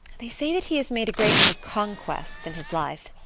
they say that he has made a great many conquests in his life,